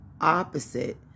opposite